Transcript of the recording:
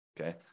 Okay